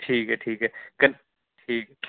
ठीक ऐ ठीक ऐ कन्न